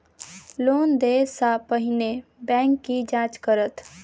Loan देय सा पहिने बैंक की जाँच करत?